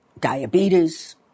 diabetes